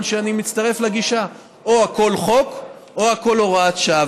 שאני מצטרף לגישה: או הכול חוק או הכול הוראת שעה.